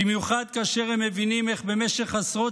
במיוחד כאשר הם מבינים איך במשך עשרות